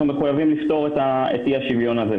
אנחנו מחויבים לפתור את אי השוויון הזה.